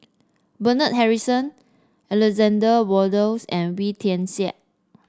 Bernard Harrison Alexander Wolters and Wee Tian Siak